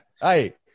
hey